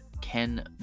Ken